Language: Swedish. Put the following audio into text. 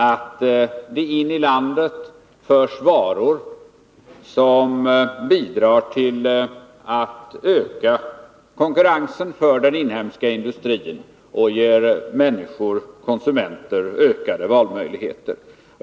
Det förs in varor i landet, vilket också bidrar till att öka konkurrensen för den inhemska industrin och ger konsumenterna ökade valmöjligheter.